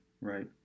right